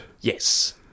Yes